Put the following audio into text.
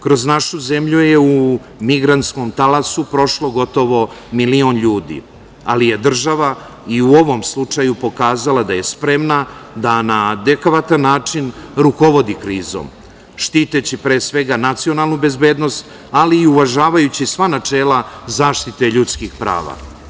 Kroz našu zemlju je u migrantskom talasu prošlo gotovo milion ljudi, ali je država i u ovom slučaju pokazala da je spremna da na adekvatan način rukovodi krizom, štiteći pre svega nacionalnu bezbednost, ali i uvažavajući sva načela zaštite ljudskih prava.